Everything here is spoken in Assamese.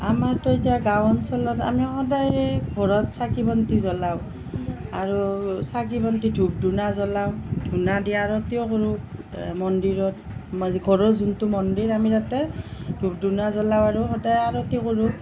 আমাৰটো এতিয়া গাওঁ অঞ্চলত আমি সদায়েই ঘৰত চাকি বন্তি জলাওঁ আৰু চাকি বন্তি ধূপ ধূনা জলাওঁ ধূনা দি আৰতিও কৰোঁ মন্দিৰত ঘৰৰ যোনটো মন্দিৰ আমি তাতে ধূপ ধূনা জলাওঁ আৰু তাতে আৰতি কৰোঁ